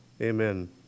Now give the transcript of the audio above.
Amen